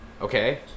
Okay